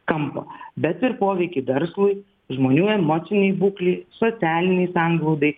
kampo bet ir poveikį verslui žmonių emocinei būklei socialinei sanglaudai